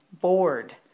bored